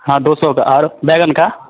हाँ दो सौ का और बैंगन का